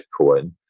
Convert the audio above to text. Bitcoin